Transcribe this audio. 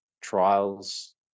trials